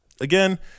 again